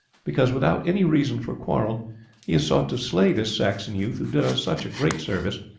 because without any reason for quarrel he has sought to slay this saxon youth who did us such great service,